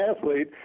athlete